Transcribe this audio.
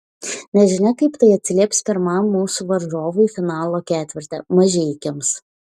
nežinia kaip tai atsilieps pirmam mūsų varžovui finalo ketverte mažeikiams